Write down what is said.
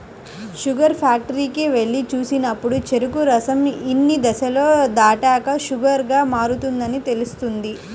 sugar ఫ్యాక్టరీకి వెళ్లి చూసినప్పుడు చెరుకు రసం ఇన్ని దశలు దాటాక షుగర్ గా మారుతుందని తెలుస్తుంది